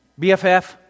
BFF